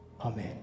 Amen